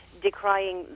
decrying